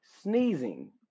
sneezing